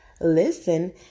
listen